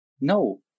no